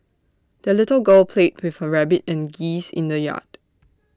the little girl played with her rabbit and geese in the yard